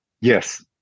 Yes